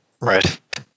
Right